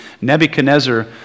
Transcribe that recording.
Nebuchadnezzar